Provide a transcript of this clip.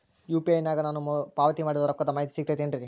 UPI ನಾಗ ನಾನು ಪಾವತಿ ಮಾಡಿದ ರೊಕ್ಕದ ಮಾಹಿತಿ ಸಿಗುತೈತೇನ್ರಿ?